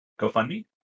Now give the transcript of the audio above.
GoFundMe